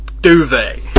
duvet